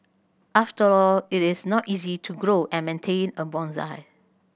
after all it is not easy to grow and maintain a bonsai